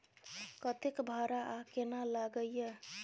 कतेक भाड़ा आ केना लागय ये?